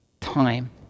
time